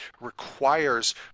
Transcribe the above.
requires